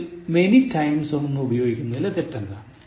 ഇതിൽ Many times എന്നുപയോഗിക്കുന്നതിലെ തെറ്റ് എന്താണ്